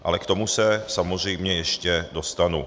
Ale k tomu se samozřejmě ještě dostanu.